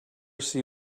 see